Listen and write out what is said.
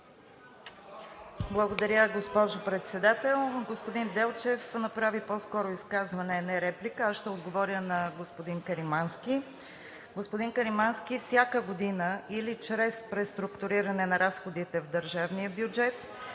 Благодаря, госпожо Председател. Господин Делчев направи по-скоро изказване, а не реплика. Аз ще отговоря на господин Каримански. Господин Каримански, всяка година или чрез преструктуриране на разходите в държавния бюджет,